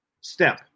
step